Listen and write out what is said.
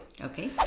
Okay